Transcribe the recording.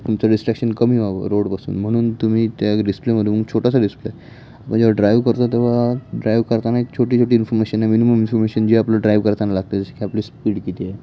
तुमचं डिस्ट्रॅक्शन कमी व्हावं रोडपासून म्हणून तुम्ही त्या डिस्प्लेमधून छोटासा डिस्प्ले आहे आपण जेव्हा ड्राईव्ह करतो तेव्हा ड्राईव्ह करताना एक छोटी छोटी इन्फॉमेशन आहे मिनिमम इन्फॉमेशन जी आपलं ड्राईव्ह करताना लागते जसे की आपली स्पीड किती आहे